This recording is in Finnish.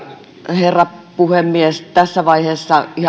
herra puhemies tässä vaiheessa ihan